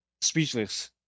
speechless